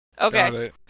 okay